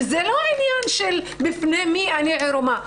וזה לא עניין של בפני מי אני עירומה,